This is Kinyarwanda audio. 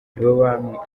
nibo